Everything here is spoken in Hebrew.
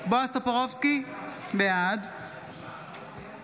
בועז טופורובסקי, בעד